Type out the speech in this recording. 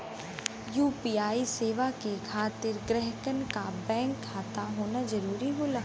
UPI सेवा के खातिर ग्राहकन क बैंक खाता होना जरुरी होला